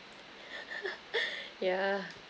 yeah